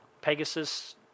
Pegasus